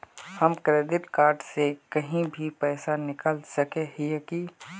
हम credit card से कहीं भी पैसा निकल सके हिये की?